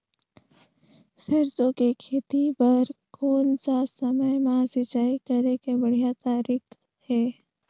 सरसो के खेती बार कोन सा समय मां सिंचाई करे के बढ़िया तारीक हे?